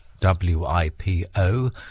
WIPO